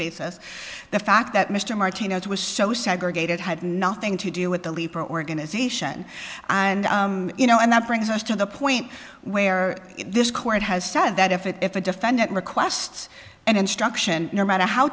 basis the fact that mr martinez was so segregated had nothing to do with the leaper organization and you know and that brings us to the point where this court has said that if a defendant requests and instruction no matter how